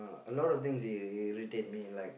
a lot of things irri~ irritate me like